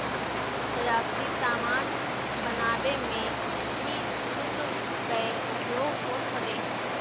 सजावटी सामान बनावे में भी जूट कअ उपयोग होत हवे